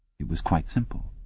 it was quite simple.